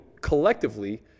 collectively